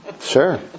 sure